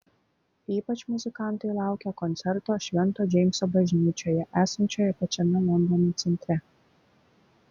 ypač muzikantai laukia koncerto švento džeimso bažnyčioje esančioje pačiame londono centre